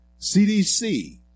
CDC